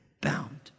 bound